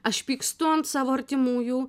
aš pykstu ant savo artimųjų